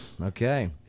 Okay